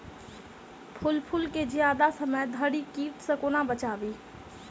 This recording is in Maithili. फल फुल केँ जियादा समय धरि कीट सऽ कोना बचाबी?